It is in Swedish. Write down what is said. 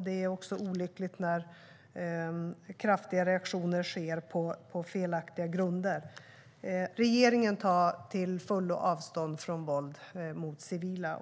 Det är också olyckligt när kraftiga reaktioner sker på felaktiga grunder. Regeringen tar till fullo avstånd från våld mot civila.